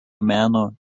meno